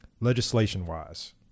legislation-wise